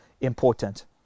important